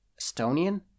Estonian